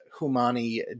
humani